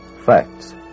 Facts